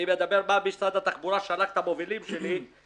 אני מדבר על מה שמשרד התחבורה שלח את המובילים שלי להביא.